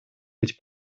быть